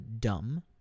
dumb